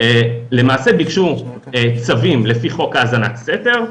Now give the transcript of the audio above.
למעשה ביקשו צווים לפי חוק האזנת סתר,